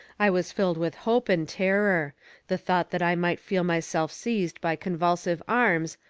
i was filled with hope and terror the thought that i might feel myself seized by convulsive arms,